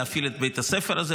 להפעיל את בית הספר הזה,